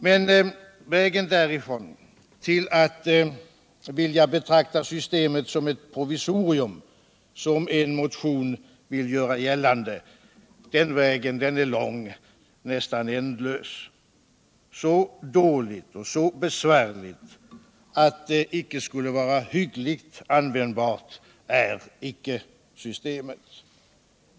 Men vägen därifrån ull att vilja betrakta systemet som ett provisorium. vilket man i en motion ville göra, den vägen är läng, ja. nästan ändlös. Så dåligt och så besvärligt att det icke skulle vara hyggligt användbart är icke systemet.